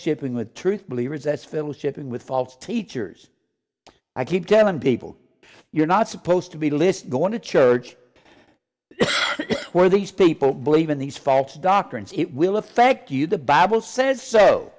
shipping with truth believers that's filled with shipping with false teachers i keep telling people you're not supposed to be list going to church where these people believe in these false doctrines it will affect you the bible says so